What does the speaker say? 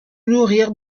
nourrir